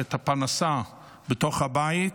את הפרנסה בתוך הבית,